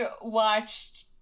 watched